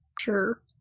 Sure